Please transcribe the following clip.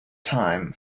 time